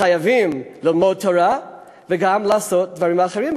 חייבים ללמוד תורה וגם לעשות דברים אחרים,